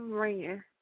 ringing